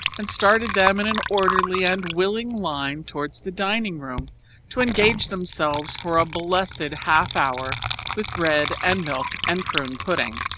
and started them in an orderly and willing line towards the dining-room to engage themselves for a blessed half hour with bread and milk and prune pudding.